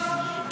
טוב,